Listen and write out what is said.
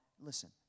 listen